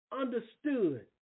understood